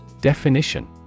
Definition